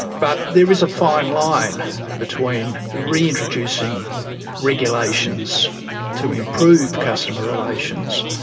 but there is a fine line between reintroducing regulations to improve customer relations,